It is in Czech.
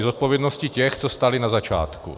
Zodpovědnosti těch, co stáli na začátku.